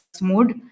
mode